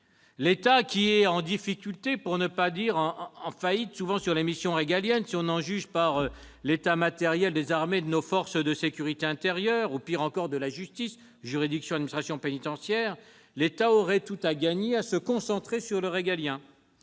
L'État, qui est en difficulté, pour ne pas dire en faillite, quant à ses missions régaliennes, si l'on en juge par l'état matériel des armées et de nos forces de sécurité intérieure, et pire encore de la justice- juridictions et administration pénitentiaire -, aurait tout à gagner à se concentrer sur le régalien.